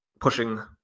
pushing